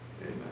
Amen